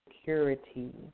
security